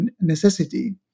necessity